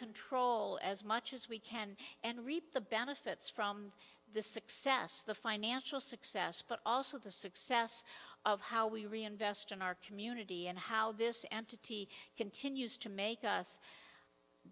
control as much as we can and reap the benefits from the success the financial success but also the success of how we reinvest in our community and how this entity continues to make us